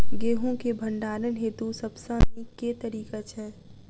गेंहूँ केँ भण्डारण हेतु सबसँ नीक केँ तरीका छै?